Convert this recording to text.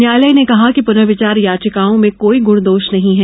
न्यायालय ने कहा कि पुनर्विचार याचिकाओं में कोई गुण दोष नही है